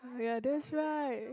ya that's right